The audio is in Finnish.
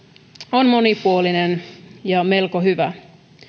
on monipuolinen ja melko hyvä